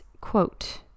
quote